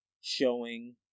showing